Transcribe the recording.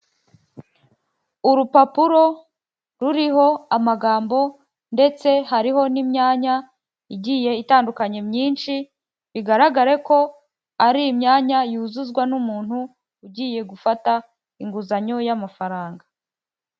Urupapuro ruriho amagambo ndetse hariho n'imyanya igiye itandukanye myinshi, bigaragare ko ari imyanya yuzuzwa n'umuntu ugiye gufata inguzanyo y'amafaranga.